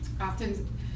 Often